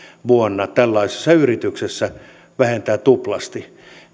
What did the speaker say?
vuonna tällaisessa yrityksessä vähentää tuplasti